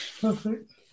Perfect